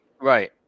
Right